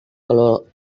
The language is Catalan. calor